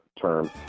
term